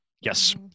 Yes